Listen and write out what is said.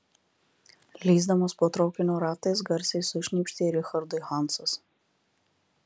lįsdamas po traukinio ratais garsiai sušnypštė richardui hansas